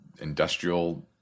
industrial